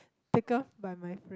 tickled by my friend